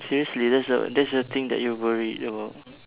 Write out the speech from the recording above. seriously that's the that's the thing that you worried about